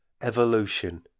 evolution